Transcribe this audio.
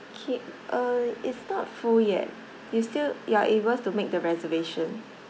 K uh it's not full yet you still you're able to make the reservation